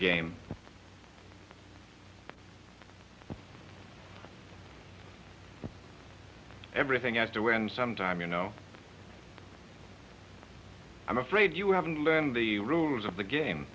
game everything out to win some time you know i'm afraid you haven't learned the rules of the game